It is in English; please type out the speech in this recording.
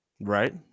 Right